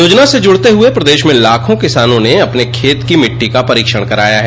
योजना से जुड़ते हुए प्रदेश में लाखों किसानों ने अपने खेत की मिट्टी का परीक्षण कराया है